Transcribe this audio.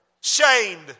shamed